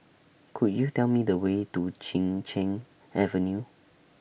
Could YOU Tell Me The Way to Chin Cheng Avenue